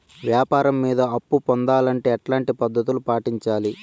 వ్యాపారం మీద అప్పు పొందాలంటే ఎట్లాంటి పద్ధతులు పాటించాలి?